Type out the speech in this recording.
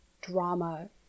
drama